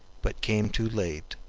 but came too late,